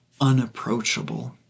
unapproachable